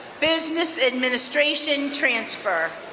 business administration transfer.